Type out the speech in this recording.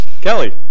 Kelly